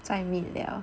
在 meet liao